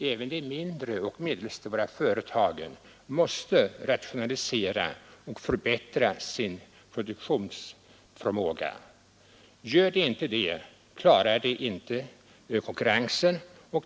Även de mindre och medelstora företagen måste rationalisera och förbättra sin produktionsförmåga. Gör de inte det, klarar de inte konkurrensen.